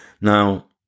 Now